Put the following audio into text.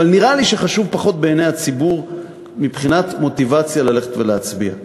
אבל נראה לי שחשוב פחות בעיני הציבור מבחינת מוטיבציה ללכת ולהצביע.